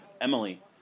Emily